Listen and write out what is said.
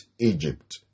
egypt